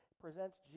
presents